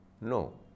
No